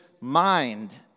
mind